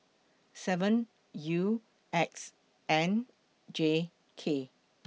seven U X N J K